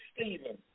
Stephen